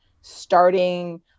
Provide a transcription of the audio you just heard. starting